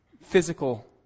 physical